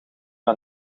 aan